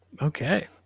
Okay